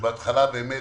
שבהתחלה באמת